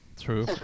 true